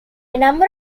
number